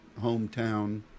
hometown